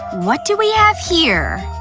what do we have here?